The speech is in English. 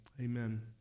Amen